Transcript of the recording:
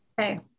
Okay